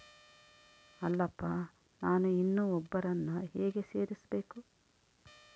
ಅಲ್ಲಪ್ಪ ನಾನು ಇನ್ನೂ ಒಬ್ಬರನ್ನ ಹೇಗೆ ಸೇರಿಸಬೇಕು?